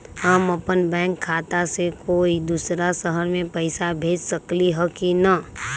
हम अपन बैंक खाता से कोई दोसर शहर में पैसा भेज सकली ह की न?